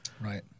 Right